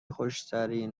خشکترین